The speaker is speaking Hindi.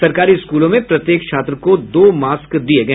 सरकारी स्कूलों में प्रत्येक छात्र को दो मास्क भी दिए गए